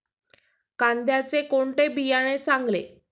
कांद्याचे कोणते बियाणे चांगले?